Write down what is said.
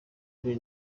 mbere